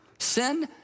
Sin